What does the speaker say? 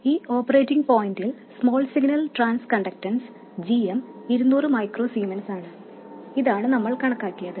ഈ ഓപ്പറേറ്റിംഗ് പോയിന്റിൽ small signal transconductance g m 200 micro സീമെൻസാണ് ഇതാണ് നമ്മൾ കണക്കാക്കിയത്